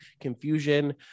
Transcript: confusion